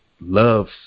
love